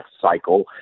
cycle